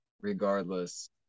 regardless